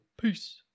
Peace